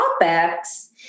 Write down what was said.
topics